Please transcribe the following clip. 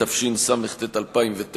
התשס"ט 2009,